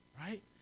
Right